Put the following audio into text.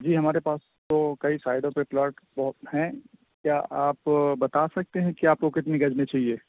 جی ہمارے پاس تو کئی سائڈوں پے پلاٹ بہت ہیں کیا آپ بتا سکتے ہیں کہ آپ کو کتنی گز میں چاہیے